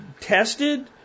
tested